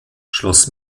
schloss